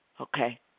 okay